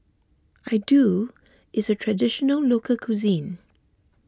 Iaddu is a Traditional Local Cuisine